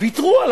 ויתרו על